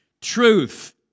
Truth